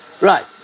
Right